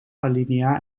alinea